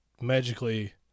magically